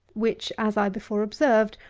which, as i before observed,